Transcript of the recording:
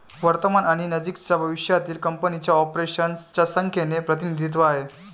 वर्तमान आणि नजीकच्या भविष्यातील कंपनीच्या ऑपरेशन्स च्या संख्येचे प्रतिनिधित्व आहे